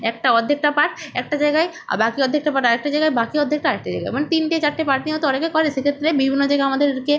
একটা অর্ধেকটা পার্ট একটা জায়গায় আর বাকি অর্ধেকটা পার্ট আর একটা জায়গায় বাকি অর্ধেকটা আর একটা জায়গায় মানে তিনটে চারটে পার্ট নিয়েও তো অনেকে করে সেক্ষেত্রে বিভিন্ন জায়গায় আমাদেরকে